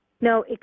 No